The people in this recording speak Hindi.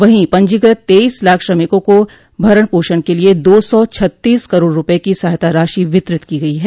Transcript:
वहीं पंजीकृत तेईस लाख श्रमिकों को भरण पोषण के लिये दो सौ छत्तीस करोड़ रूपये की सहायता राशि वितरित की गई है